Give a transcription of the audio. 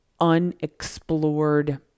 unexplored